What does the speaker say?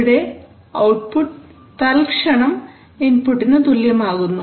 ഇവിടെ ഔട്ട്പുട്ട് തൽക്ഷണം ഇൻപുട്ടിനു തുല്യമാകുന്നു